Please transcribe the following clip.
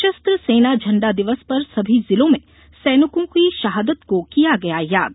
सशस्त्र सेना झण्डा दिवस पर सभी जिलों में सैनिकों की शहादत को किया गया याद